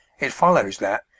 it follows that,